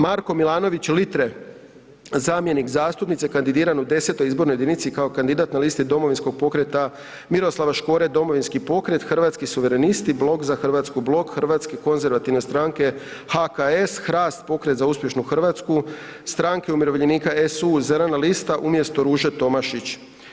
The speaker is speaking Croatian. Marko Milanović Litre, zamjenik zastupnice kandidiran u X. izbornoj jedinici kao kandidat na listi Domovinskog pokreta Miroslava Škore, Domovinski pokret, Hrvatski suverenisti, Blok za Hrvatsku, Blok Hrvatske konzervativne stranke, HKS, HRAST, Pokret za uspješnu Hrvatsku, Stranke umirovljenika, SU, Zelena lista umjesto Ruže Tomašić.